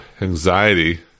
anxiety